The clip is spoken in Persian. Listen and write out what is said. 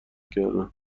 کردیم